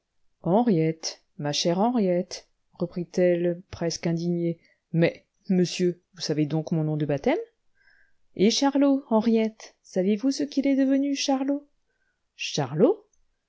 henriette ma chère henriette reprit-elle presque indignée mais monsieur vous savez donc mon nom de baptême et charlot henriette savez-vous ce qu'il est devenu charlot charlot